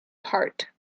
part